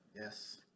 yes